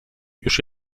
już